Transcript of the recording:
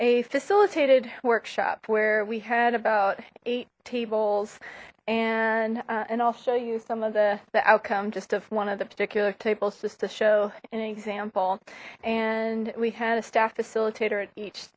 a facilitated workshop where we had about eight tables and and i'll show you some of the outcome just of one of the particular tables just to show an example and we had a staff facilitator at each